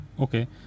Okay